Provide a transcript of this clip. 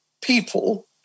people